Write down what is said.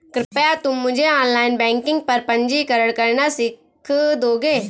कृपया तुम मुझे ऑनलाइन बैंकिंग पर पंजीकरण करना सीख दोगे?